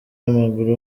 w’amaguru